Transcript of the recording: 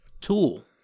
tool